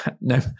no